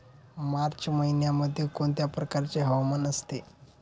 मार्च महिन्यामध्ये कोणत्या प्रकारचे हवामान असते?